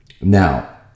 Now